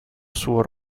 suo